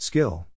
Skill